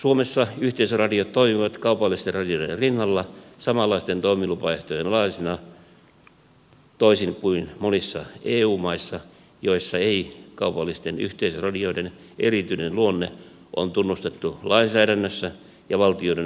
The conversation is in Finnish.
suomessa yhteisöradiot toimivat kaupallisten radioiden rinnalla samanlaisten toimilupaehtojen alaisina toisin kuin monissa eu maissa joissa ei kaupallisten yhteisöradioiden erityinen luonne on tunnustettu lainsäädännössä ja valtioiden tukipolitiikassa